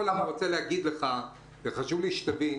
אני רוצה להגיד לך וחשוב לי שתבין,